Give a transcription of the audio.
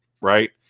right